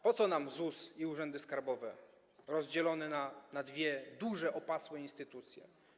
Po co nam ZUS i urzędy skarbowe, rozdzielenie tego na dwie duże, opasłe instytucje?